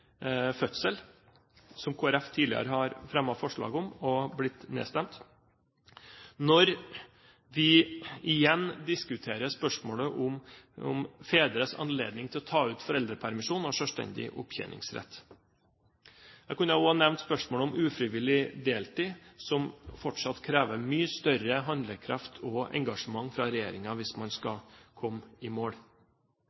som Kristelig Folkeparti tidligere har fremmet forslag om, og som er blitt nedstemt – når vi igjen diskuterer spørsmålet om fedres anledning til å ta ut foreldrepermisjon og ha selvstendig opptjeningsrett? Jeg kunne også ha nevnt spørsmålet om ufrivillig deltid, som fortsatt krever mye større handlekraft og engasjement fra regjeringen hvis man skal